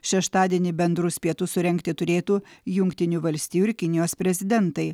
šeštadienį bendrus pietus surengti turėtų jungtinių valstijų ir kinijos prezidentai